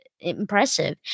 Impressive